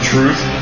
Truth